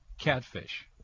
catfish